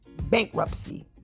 bankruptcy